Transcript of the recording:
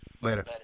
Later